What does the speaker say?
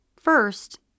First